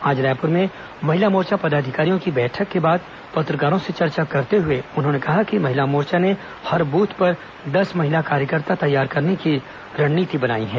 आज रायपुर में महिला मोर्चा पदाधिकारियों की बैठक के बाद पत्रकारों से चर्चा करते हुए उन्होंने कहा कि महिला मोर्चा ने हर बूथ पर दस महिला कार्यकर्ता तैयार करने की रणनीति बनाई है